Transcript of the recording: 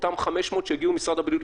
אותם 500 שהגיעו ממשרד הבריאות,